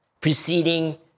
preceding